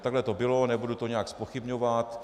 Takhle to bylo, nebudu to nijak zpochybňovat.